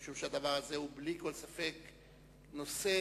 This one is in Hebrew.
משום שהדבר הזה בלי כל ספק הוא נושא